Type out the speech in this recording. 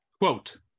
quote